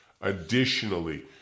Additionally